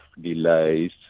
delays